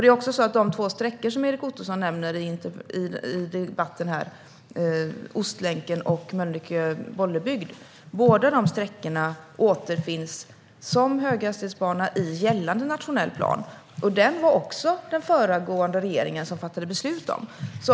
Det är också så att båda de två sträckor som Erik Ottoson nämner i debatten, Ostlänken och Mölnlycke-Bollebygd, återfinns som höghastighetsbanor i gällande nationell plan, och den var det också den föregående regeringen som fattade beslut om.